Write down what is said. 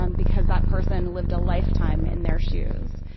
um because that person lived a lifetime in their shoes.